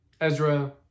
Ezra